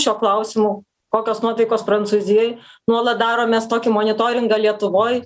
šiuo klausimu kokios nuotaikos prancūzijoj nuolat daromės tokį monitoringą lietuvoj